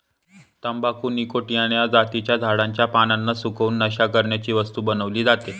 तंबाखू निकॉटीयाना जातीच्या झाडाच्या पानांना सुकवून, नशा करण्याची वस्तू बनवली जाते